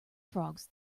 frogs